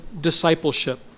discipleship